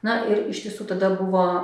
na ir iš tiesų tada buvo